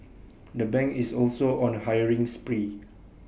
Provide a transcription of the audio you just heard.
the bank is also on A hiring spree